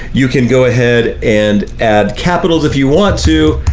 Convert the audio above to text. you can go ahead and add capitals if you want to.